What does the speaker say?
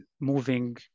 moving